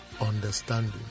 understanding